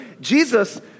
Jesus